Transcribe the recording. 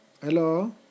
Hello